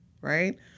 right